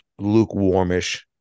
lukewarmish